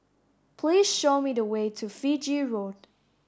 please show me the way to Fiji Road